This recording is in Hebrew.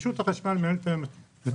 רשות החשמל מנהלת היום את